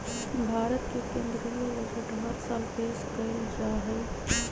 भारत के केन्द्रीय बजट हर साल पेश कइल जाहई